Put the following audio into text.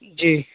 جی